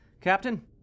Captain